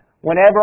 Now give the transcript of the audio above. Whenever